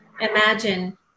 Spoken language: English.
imagine